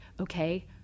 okay